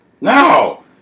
no